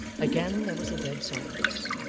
again there was a dead silence,